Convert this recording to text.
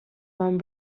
one